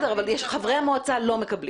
אבל חברי המועצה לא מקבלים.